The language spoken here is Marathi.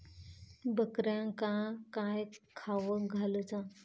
बकऱ्यांका काय खावक घालूचा?